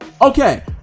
Okay